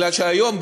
בגלל שהיום,